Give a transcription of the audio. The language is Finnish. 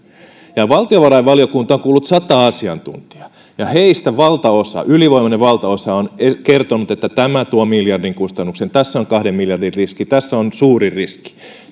valtiovarainvaliokunta on kuullut sataa asiantuntijaa ja heistä valtaosa ylivoimainen valtaosa on kertonut että tämä tuo miljardin kustannuksen tässä on kahden miljardin riski tässä on suuri riski